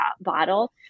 bottle